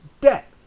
debt